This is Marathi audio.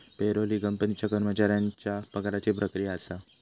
पेरोल ही कंपनीच्या कर्मचाऱ्यांच्या पगाराची प्रक्रिया असा